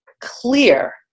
clear